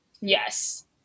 yes